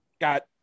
Got